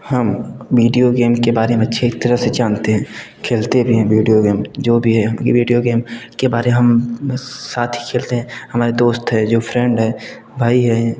हम video game के बारे में अच्छी तरह से जानते हैं खेलते भी हैं वीडियो गेम जो भी है ये वीडियो गेम के बारे में हम साथ ही खेलते हैं हमारे दोस्त हैं जो फ्रेंड है भाई है